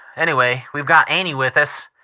anyway, we've got annie with us.